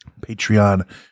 Patreon